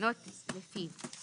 והתקנות לפיו.